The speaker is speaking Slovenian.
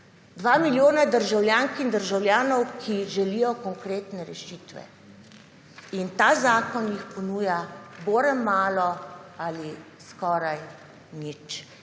Dva milijona državljank in državljanov, ki želijo konkretne rešitve. In ta zakon jih ponuja bore malo ali skoraj nič.